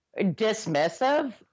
Dismissive